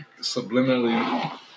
subliminally